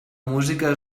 música